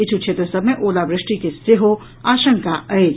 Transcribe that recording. किछ् क्षेत्र सभ मे ओलावृष्टि के सेहो आशंका अछि